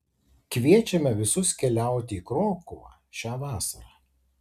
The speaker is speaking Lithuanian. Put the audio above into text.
kviečiame visus keliauti į krokuvą šią vasarą